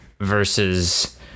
versus